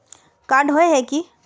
Card होय है की?